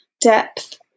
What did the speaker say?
depth